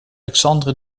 alexandre